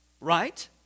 Right